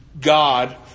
God